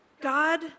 God